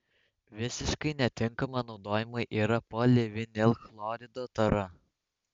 visiškai netinkama naudojimui yra polivinilchlorido tara